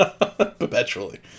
Perpetually